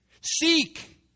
Seek